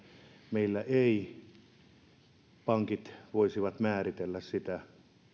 meillä eivät pankit voisi määritellä sitä